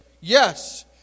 yes